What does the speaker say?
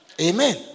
Amen